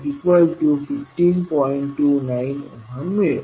29 मिळेल